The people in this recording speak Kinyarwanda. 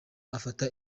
afata